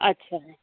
अच्छा